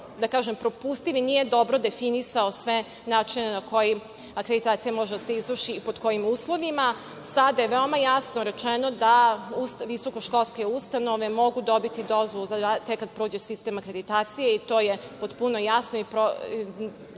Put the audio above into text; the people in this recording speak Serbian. tako kažem, i nije dobro definisao sve načine na koji akreditacija može da se izvrši i pod kojim uslovima. Sada je veoma jasno rečeno da visokoškolske ustanove mogu dobiti dozvolu tek kad prođe sistem akreditacije i to je potpuno jasno i dalje